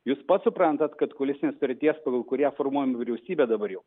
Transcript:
jūs pats suprantat kad koalicinės sutarties pagal kurią formuojama vyriausybė dabar jau